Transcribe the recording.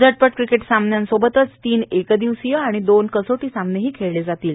झटपट क्रिकेट सामन्यांसोबतच तीन एक दिवसीय आणि दोन कसोटी सामनेही खेळले जातील